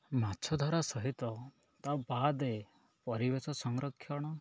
ମାଛଧରା ସହିତ ତା ବାଦେ ପରିବେଶ ସଂରକ୍ଷଣ